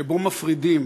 שבו מפרידים